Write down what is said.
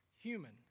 human